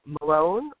Malone